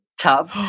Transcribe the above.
tub